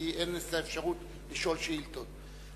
כי לי אין אפשרות לשאול שאילתות.